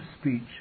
speech